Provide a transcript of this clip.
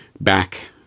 back